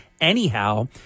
anyhow